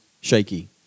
shaky